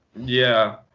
yeah.